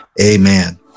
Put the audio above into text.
Amen